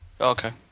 Okay